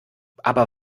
aber